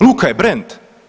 Luka je brend.